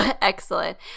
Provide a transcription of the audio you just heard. excellent